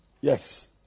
Yes